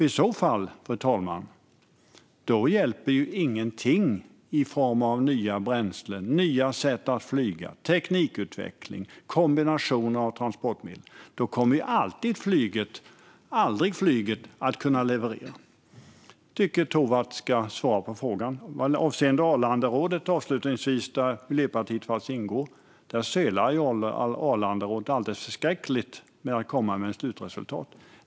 I så fall, fru talman, hjälper ju ingenting i form av nya bränslen, nya sätt att flyga, teknikutveckling och en kombination av transportmedel. Då kommer ju aldrig flyget att kunna leverera. Jag tycker att Tovatt ska svara på den frågan. Avslutningsvis sölar Arlandarådet, där Miljöpartiet faktiskt ingår, alldeles förskräckligt med att komma med ett slutresultat.